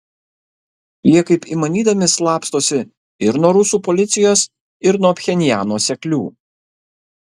jie kaip įmanydami slapstosi ir nuo rusų policijos ir nuo pchenjano seklių